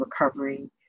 recovery